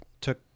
took